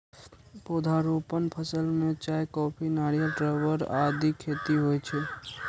पौधारोपण फसल मे चाय, कॉफी, नारियल, रबड़ आदिक खेती होइ छै